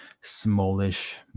smallish